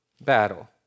battle